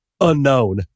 unknown